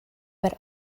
but